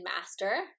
master